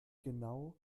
genau